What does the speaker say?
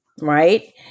right